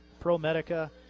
ProMedica